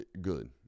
good